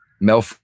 mel